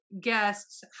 Guests